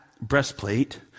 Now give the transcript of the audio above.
breastplate